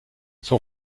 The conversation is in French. son